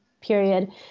period